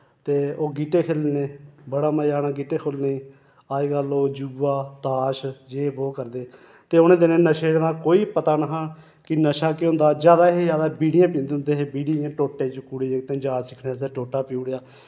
ते ओह् गीटे खेलने बड़ा मजा आना गीटे खोलने अज्जकल लोक जुआ ताश जे वो करदे ते उ'नें दिनें नशें दा कोई पता नेहा कि नशा केह् होंदा ज्यादा हा ज्यादा बीड़ियां पींदे होंदे हे बीड़ी इ'यां टोटे चुकुड़े जागतें जाच सीखने आस्तै टोटा पियुड़ेया